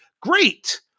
great